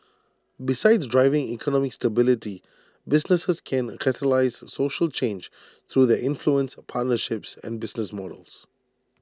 besides driving economic stability businesses can catalyse social change through their influence partnerships and business models